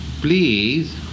please